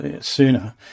sooner